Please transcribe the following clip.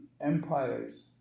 empires